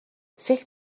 فکر